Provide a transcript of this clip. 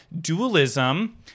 dualism